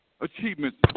achievements